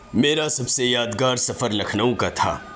میرا سب سے یادگار سفر لکھنؤ کا تھا